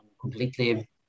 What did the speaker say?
completely